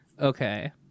Okay